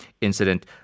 incident